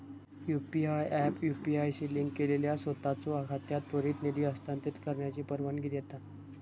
UPI app UPI शी link केलेल्या सोताचो खात्यात त्वरित निधी हस्तांतरित करण्याची परवानगी देता